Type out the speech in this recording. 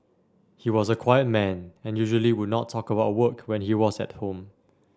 he was a quiet man and usually would not talk about work when he was at home